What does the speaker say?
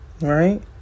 Right